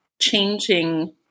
changing